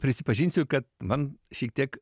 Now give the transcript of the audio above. prisipažinsiu kad man šiek tiek